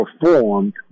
performed